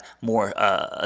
more